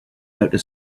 outer